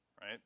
Right